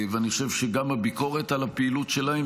ואני חושב שגם הביקורת על הפעילות שלהם,